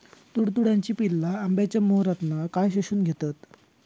तुडतुड्याची पिल्ला आंब्याच्या मोहरातना काय शोशून घेतत?